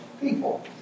people